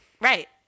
Right